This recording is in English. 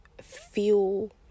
feel